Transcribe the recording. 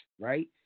right